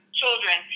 children